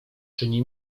czyni